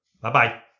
Bye-bye